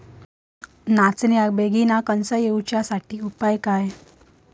नाचण्याक बेगीन कणसा येण्यासाठी उपाय काय?